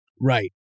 Right